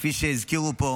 כפי שהזכירו פה